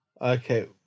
Okay